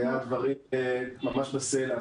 אלו היו דברים ממש בסלע.